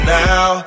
now